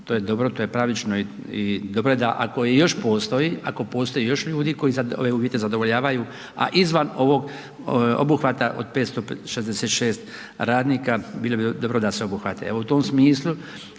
to je dobro, to je pravično i dobro je da, ako i još postoji, ako postoji još ljudi koji sad ove uvjete zadovoljavaju, a izvan ovog obuhvata od 566 radnika, bilo bi dobro da se obuhvate. Evo, u tom smislu,